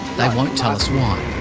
they won't tell us why.